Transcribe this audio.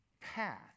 path